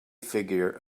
figure